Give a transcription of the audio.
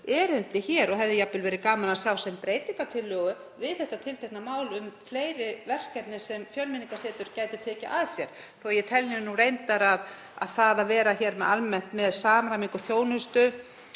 erindi hér og hefði jafnvel verið gaman að sjá sem breytingartillögu við þetta tiltekna mál og sem verkefni sem Fjölmenningarsetur gæti tekið að sér. Ég tel reyndar að það að vera hér almennt með samræmingu þjónustu,